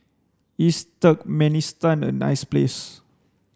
is Turkmenistan a nice place